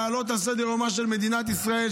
אלא כדי להעלות על סדר-יומה של מדינת ישראל,